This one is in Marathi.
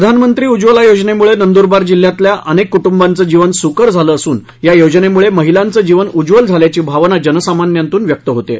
प्रधानमंत्री उज्वला योजनेमुळे नंदुरबार जिल्ह्यातील अनेक कुटुंबाचे जीवन सुकर झालं असून योजनमुळे महिलांचे जीवन उज्वल झाल्याची भावना जनसामान्यांतुन व्यक्त होत आहे